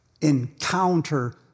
encounter